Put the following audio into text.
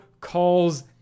calls